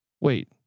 Wait